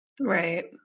Right